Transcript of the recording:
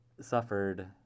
suffered